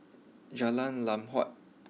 Jalan Lam Huat